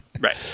Right